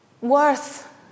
worth